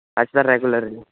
ਅਸੀਂ ਤਾਂ ਰੈਗੂਲਰ ਨੇ